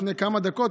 לפני כמה דקות,